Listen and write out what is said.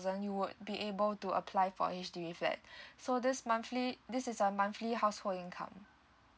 you would be able to apply for H_D_B flat so this monthly this is a monthly household income